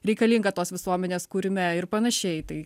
reikalinga tos visuomenės kūrime ir panašiai tai